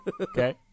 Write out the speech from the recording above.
Okay